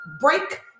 break